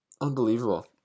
Unbelievable